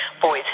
boys